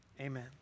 Amen